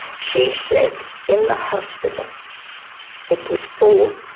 she said in the hospital it was full